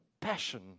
passion